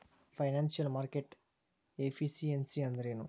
Financial market efficiency ಅಂದ್ರೇನು?